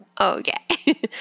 Okay